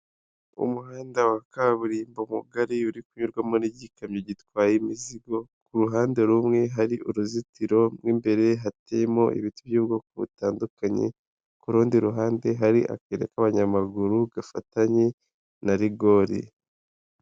Umuhanda wa kaburimbo mugari uri kunyurwamo n'igikamyo gitwaye imizigo ku ruhande rumwe hari uruzitiro rw'imbere hateyemo ibiti by'ubwoko butandukanye ku rundi ruhande hari akayira k'abanyamaguru gafatanye na rigori.